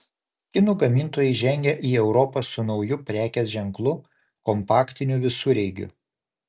kinų gamintojai žengia į europą su nauju prekės ženklu kompaktiniu visureigiu